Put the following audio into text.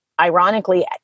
ironically